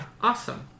Awesome